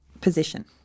position